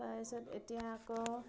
তাৰপিছত এতিয়া আকৌ